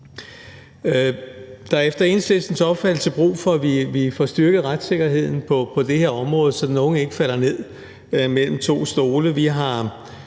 Der er efter Enhedslistens opfattelse brug for, at vi får styrket retssikkerheden på det her område, så den unge ikke falder ned mellem to stole.